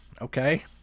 Okay